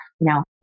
Now